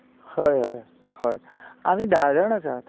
हय हय हय आमी धा जाण आसात